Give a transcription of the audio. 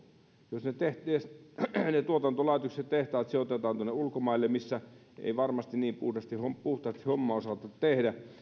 jos ne tuotantolaitokset ja tehtaat sijoitetaan tuonne ulkomaille missä ei varmasti niin puhtaasti hommaa osata tehdä